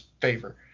favor